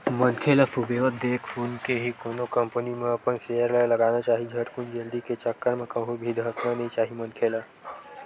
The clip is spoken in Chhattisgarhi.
मनखे ल सुबेवत देख सुनके ही कोनो कंपनी म अपन सेयर ल लगाना चाही झटकुन जल्दी के चक्कर म कहूं भी धसना नइ चाही मनखे ल